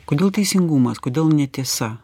kodėl teisingumas kodėl netiesa